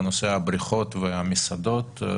בנושא הבריכות והמסעדות,